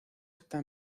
está